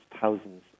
thousands